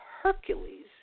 Hercules